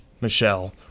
Michelle